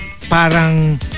parang